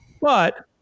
But-